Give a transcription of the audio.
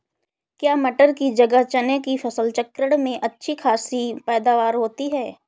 क्या मटर की जगह चने की फसल चक्रण में अच्छी खासी पैदावार होती है?